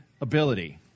ability